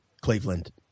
Cleveland